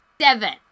seven